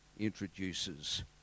Introduces